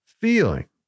Feeling